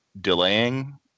delaying